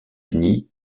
unis